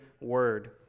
word